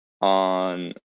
on